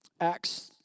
Acts